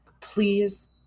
Please